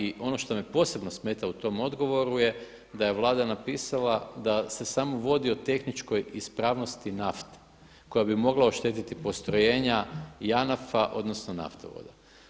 I ono što me posebno smeta u tom odgovoru je da je Vlada napisala da se samo vodi o tehničkoj ispravnosti nafte koja bi mogla oštetiti postrojenja JANAF-a odnosno naftovoda.